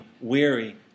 weary